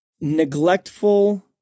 neglectful